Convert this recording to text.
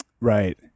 right